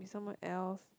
someone else